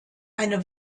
eine